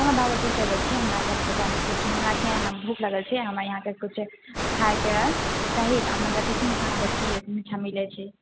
हमे भागलपुर से अयलो छियै हमराके अपना से ई जानैके छै कि हमराके यहाँ ने भूख लगल छै हमरा यहाँके किछु खायके चाही तऽ अपना बतैथिन कहाँ पे की एहि ठाम मिलै छै